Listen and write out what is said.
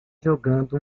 jogando